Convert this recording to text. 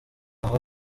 aha